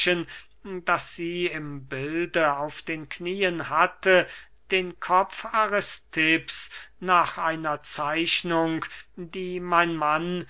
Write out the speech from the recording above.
das sie im bilde auf den knieen hatte den kopf aristipps nach einer zeichnung die mein mann